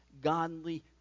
godly